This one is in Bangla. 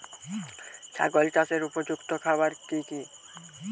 ছাগল চাষের উপযুক্ত খাবার কি কি?